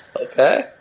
Okay